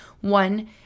one